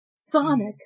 Sonic